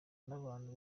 n’abantu